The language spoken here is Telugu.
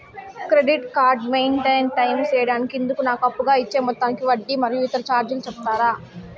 క్రెడిట్ కార్డు మెయిన్టైన్ టైము సేయడానికి ఇందుకు నాకు అప్పుగా ఇచ్చే మొత్తానికి వడ్డీ మరియు ఇతర చార్జీలు సెప్తారా?